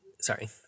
Sorry